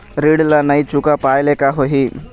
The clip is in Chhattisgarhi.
ऋण ला नई चुका पाय ले का होही?